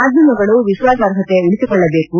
ಮಾಧ್ಯಮಗಳು ವಿಶ್ವಾಸಾರ್ಹತೆ ಉಳಿಸಿಕೊಳ್ಳಬೇಕು